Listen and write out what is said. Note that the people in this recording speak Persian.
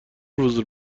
روز